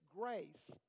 grace